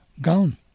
gone